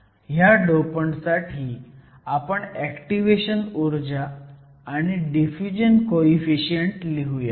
ह्या डोपंटसाठी आपण ऍक्टिवेशन ऊर्जा आणि डिफ्युजन कोईफिशियंट लिहुयात